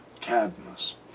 Cadmus